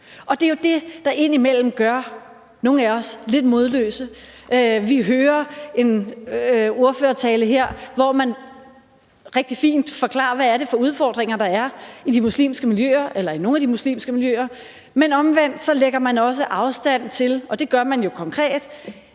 Det er jo det, der indimellem gør nogle af os lidt modløse. Vi hører her en ordførertale, hvor man rigtig fint forklarer, hvad det er for udfordringer, der er, i de muslimske miljøer eller i nogle af de muslimske miljøer, men omvendt lægger man også afstand til, og det gør man jo konkret,